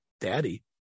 daddy